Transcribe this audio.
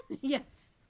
Yes